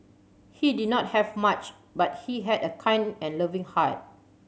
he did not have much but he had a kind and loving heart